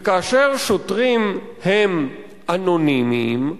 כאשר שוטרים הם אנונימיים,